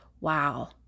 wow